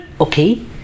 Okay